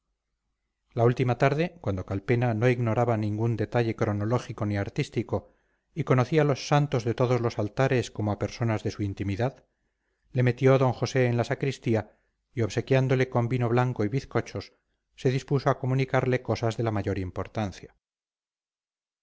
la última tarde cuando calpena no ignoraba ningún detalle cronológico ni artístico y conocía los santos de todos los altares como a personas de su intimidad le metió d josé en la sacristía y obsequiándole con vino blanco y bizcochos se dispuso a comunicarle cosas de la mayor importancia